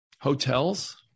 Hotels